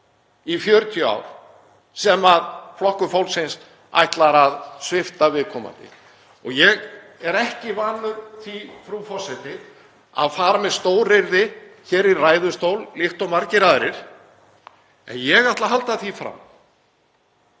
í 40 ár, sem Flokkur fólksins ætlar að svipta viðkomandi. Ég er ekki vanur því, frú forseti, að fara með stóryrði hér í ræðustól líkt og margir aðrir, en ég ætla að halda því fram